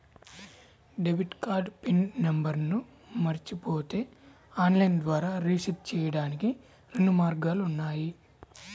debit card PIN నంబర్ను మరచిపోతే online ద్వారా రీసెట్ చెయ్యడానికి రెండు మార్గాలు ఉన్నాయి